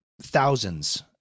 thousands